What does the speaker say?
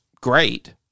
great